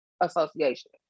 association